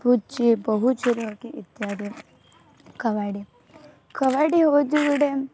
ପୁଚି ବୋହୂ ଚୋର କି ଇତ୍ୟାଦି କବାଡ଼ି କବାଡ଼ି ହେଉଛି ଗୋଟେ